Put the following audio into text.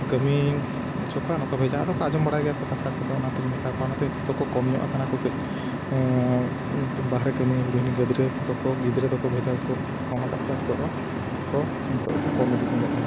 ᱠᱟᱹᱢᱤ ᱦᱚᱪᱚ ᱠᱚᱣᱟ ᱱᱩᱠᱩ ᱵᱷᱮᱡᱟ ᱟᱫᱚ ᱠᱚ ᱟᱸᱡᱚᱢ ᱵᱟᱲᱟᱭ ᱜᱮᱭᱟ ᱠᱚ ᱠᱟᱛᱷᱟ ᱠᱚᱫᱚ ᱚᱱᱟᱛᱮᱧ ᱢᱮᱛᱟ ᱠᱚᱣᱟ ᱚᱱᱟᱛᱮ ᱱᱤᱛᱚᱜ ᱫᱚᱠᱚ ᱠᱚᱢ ᱧᱚᱜ ᱟᱠᱟᱱᱟ ᱠᱚ ᱠᱟᱹᱡ ᱵᱟᱦᱨᱮ ᱠᱟᱹᱢᱤ ᱦᱩᱰᱤᱧᱼᱦᱩᱰᱤᱧ ᱜᱤᱫᱽᱨᱟᱹ ᱠᱚᱫᱚ ᱠᱚ ᱜᱤᱫᱽᱨᱟᱹ ᱫᱚᱠᱚ ᱵᱷᱮᱡᱟ ᱠᱚᱠᱚ ᱠᱚᱢ ᱟᱠᱟᱫ ᱠᱚᱣᱟ ᱱᱤᱛᱳᱜ ᱫᱚᱠᱚ ᱱᱤᱛᱳᱜ ᱠᱚ ᱠᱚᱢ ᱤᱫᱤ ᱧᱚᱜᱚᱜ ᱠᱟᱱᱟ